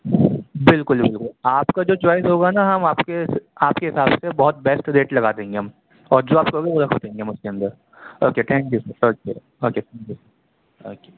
بالکل بالکل آپ کا جو چوائز ہوگا نا ہم آپ کے آپ کے حساب سے بہت بیسٹ ریٹ لگا دیں گے ہم اور جو آپ کہوگے وہ رکھ دیں گے اس کے اندر okay thank you sir okay okay thank you okay